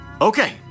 Okay